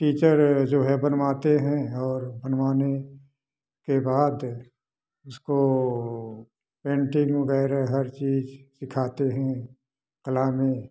teacher जो हैं बनवाते हैं और बनवाने के बाद उसको पेंटिंग वगैरह हर चीज सीखते हैं कला में